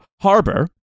Harbor